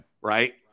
right